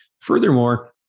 Furthermore